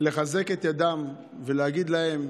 לחזק את ידם ולהגיד להם: